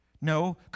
No